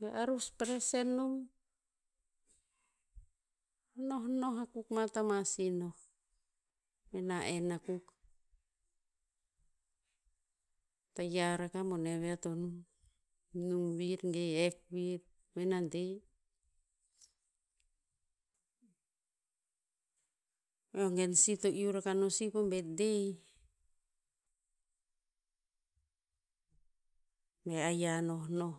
Be arus present nom, nohnoh akuk ma ta ma si noh. Ven na en akuk. Tayiah rakah bone ve ea to nung. Nung vir ge hek vir ve na de. Eo gen si to iu rakah no po birthday, be ayia nohnoh.